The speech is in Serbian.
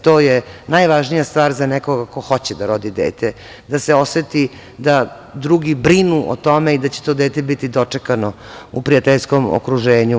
To je najvažnija stvar za nekoga ko hoće da rodi dete, da se oseti da drugi brinu o tome i da će to dete biti dočekano u prijateljskom okruženju.